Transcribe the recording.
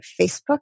Facebook